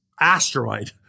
asteroid